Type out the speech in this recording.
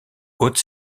haute